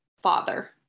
father